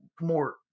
more